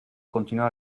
continuò